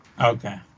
okay